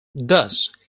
thus